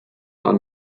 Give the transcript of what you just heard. are